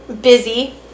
busy